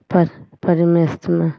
पर परिमेस्मा